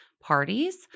parties